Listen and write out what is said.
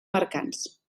mercants